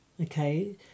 okay